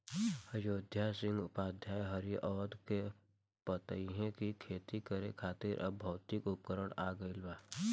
अयोध्या सिंह उपाध्याय हरिऔध के बतइले कि खेती करे खातिर अब भौतिक उपकरण आ गइल बा